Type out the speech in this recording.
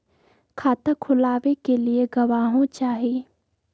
खाता खोलाबे के लिए गवाहों चाही?